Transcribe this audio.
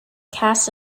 cast